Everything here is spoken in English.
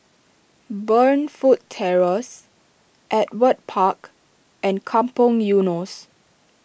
Burnfoot Terrace Ewart Park and Kampong Eunos